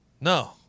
No